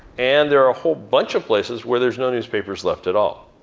and there are a whole bunch of places where there's no newspapers left at all.